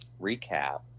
recap